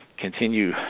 continue